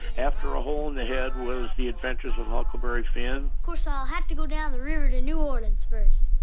after a hole in the head was the adventures of huckleberry finn plus, i'll have to go down the river to new orleans first.